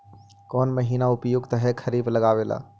कौन महीना उपयुकत है खरिफ लगावे ला?